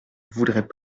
voudrait